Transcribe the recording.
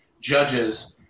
judges